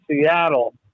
Seattle